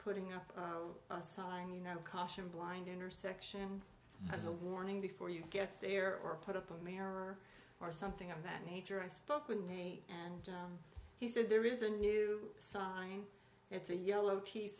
putting up a sign you know caution blind intersection has a warning before you get there or put up a mayor or something of that nature i spoke with me and he said there is a new sign it's a yellow